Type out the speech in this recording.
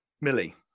Millie